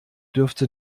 dürfte